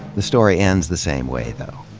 the story ends the same way, though,